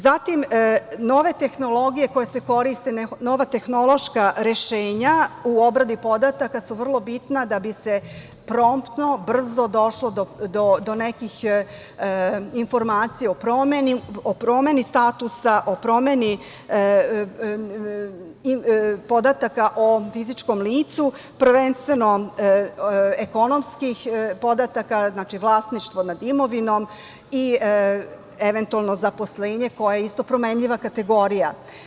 Zatim, nove tehnologije koje se koriste, nova tehnološka rešenja u obradi podataka su vrlo bitna da bi se promptno, brzo došlo do nekih informacija, o promeni statusa, o promeni podataka o fizičkom licu, prvenstveno ekonomskih, znači vlasništvo nad imovinom i eventualno zaposlenje, koje je isto promenljiva kategorija.